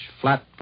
flat